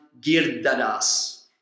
Girdadas